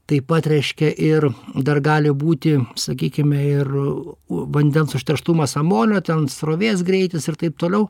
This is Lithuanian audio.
taip pat reiškia ir dar gali būti sakykime ir vandens užterštumas amonio ten srovės greitis ir taip toliau